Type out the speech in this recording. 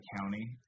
county